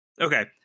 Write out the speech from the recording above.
Okay